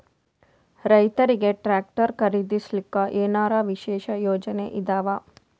ರೈತರಿಗೆ ಟ್ರಾಕ್ಟರ್ ಖರೀದಿಸಲಿಕ್ಕ ಏನರ ವಿಶೇಷ ಯೋಜನೆ ಇದಾವ?